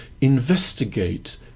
investigate